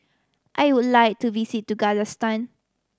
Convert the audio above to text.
I would like to visit to Kazakhstan